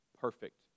perfect